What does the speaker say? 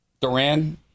Duran